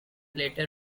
later